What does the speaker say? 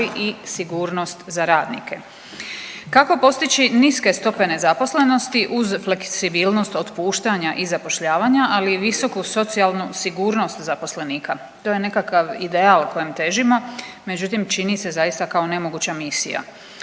i sigurnost za radnike. Kako postići niske stope nezaposlenosti uz fleksibilnost otpuštanja i zapošljavanja, ali i visoku socijalnu sigurnost zaposlenika? To je nekakav ideal kojem težimo, međutim čini se zaista kao nemoguća misija,